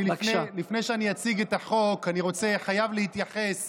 לפני שאציג את החוק אני חייב להתייחס